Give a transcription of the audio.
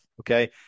okay